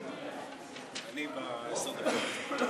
זה אני בעשר דקות הקרובות.